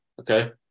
okay